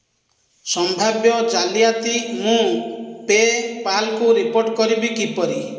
ସମ୍ଭାବ୍ୟ ଜାଲିଆତି ମୁଁ ପେପାଲ୍ କୁ ରିପୋର୍ଟ କରିବି କିପରି